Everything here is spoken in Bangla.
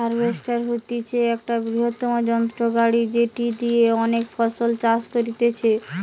হার্ভেস্টর হতিছে একটা বৃহত্তম যন্ত্র গাড়ি যেটি দিয়া অনেক ফসল চাষ করতিছে